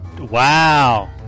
Wow